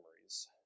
memories